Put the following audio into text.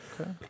Okay